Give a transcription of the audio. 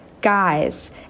guys